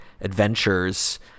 adventures